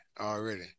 already